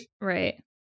right